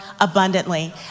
abundantly